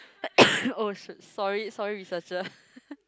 oh shoot sorry sorry researcher